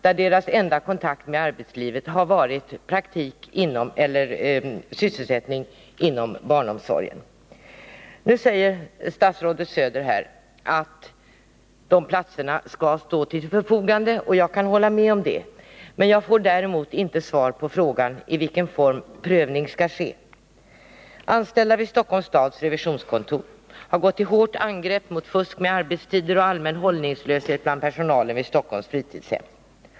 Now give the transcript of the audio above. Dessa ungdomars enda kontakt med arbetslivet har varit sysselsättning inom barnomsorgen. Nu sade statsrådet Söder att dessa platser skall stå till förfogande, och jag kan hålla med om detta. Däremot fick jag inte svar på frågan i vilken form prövning skall ske. Anställda vid Stockholms stads revisionskontor har gått till hårt angrepp mot fusk med arbetstider och allmän hållningslöshet bland personalen vid Stockholms fritidshem.